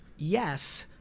yes.